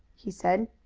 he said.